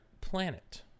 planet